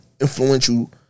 Influential